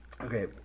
Okay